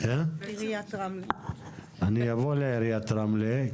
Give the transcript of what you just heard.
אני אעבור לעיריית רמלה.